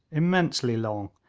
immensely long,